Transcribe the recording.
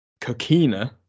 Kokina